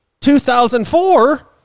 2004